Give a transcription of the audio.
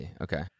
okay